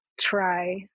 try